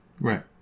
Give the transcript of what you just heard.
Right